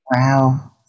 wow